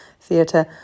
theatre